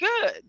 good